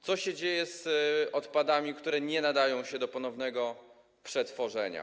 Co się dzieje z odpadami, które nie nadają się do ponownego przetworzenia?